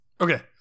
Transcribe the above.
okay